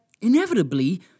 inevitably